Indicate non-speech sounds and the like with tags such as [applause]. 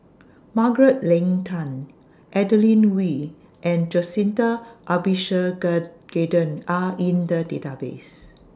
Margaret Leng Tan Adeline Ooi and Jacintha [unintelligible] Are in The Database